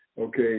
Okay